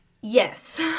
Yes